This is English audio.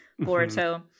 Boruto